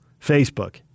Facebook